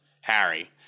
Harry